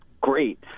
Great